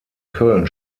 köln